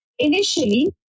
Initially